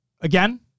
Again